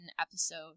episode